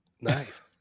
nice